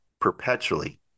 perpetually